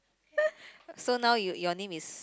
so now you your name is